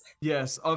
Yes